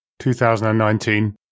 2019